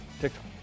TikTok